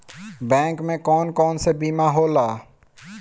Bank में कौन कौन से बीमा होला?